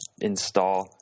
install